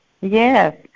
Yes